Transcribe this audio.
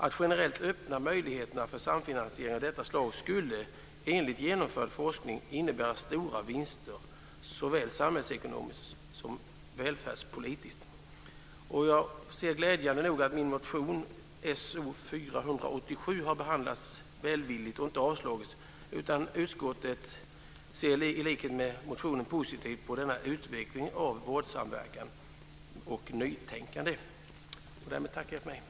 Att generellt öppna möjligheterna för samfinansiering av detta slag skulle enligt genomförd forskning innebära stora vinster såväl samhällsekonomiskt som välfärdspolitiskt. Jag ser glädjande nog att min motion SO487 har behandlats välvilligt och inte avslagits. Utskottet ser i likhet med motionen positivt på denna utveckling av vårdsamverkan och nytänkande. Därmed tackar jag för mig.